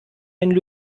einen